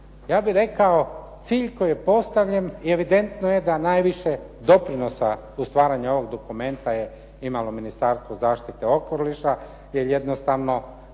Ja bih rekao cilj koji je postavljen evidentno je da najviše doprinosa u stvaranju ovog doprinosa u stvaranju ovog dokumenta je imalo Ministarstvo zaštite okoliša, jer jednostavno